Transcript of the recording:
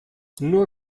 nur